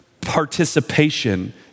participation